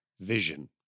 Vision